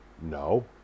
No